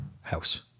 house